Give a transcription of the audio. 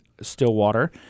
Stillwater